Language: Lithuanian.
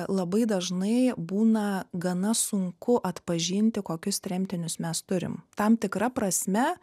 labai dažnai būna gana sunku atpažinti kokius tremtinius mes turim tam tikra prasme